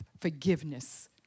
forgiveness